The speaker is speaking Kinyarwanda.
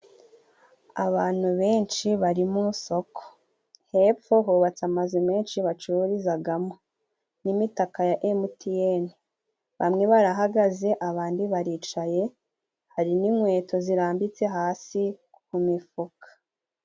Abantu benshi bari mu isoko. Hepfo hubatse amazu menshi bacururizamo n'imitaka ya MTN. Bamwe barahagaze, abandi baricaye. Hari n'inkweto zirambitse hasi ku mifuka.